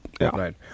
Right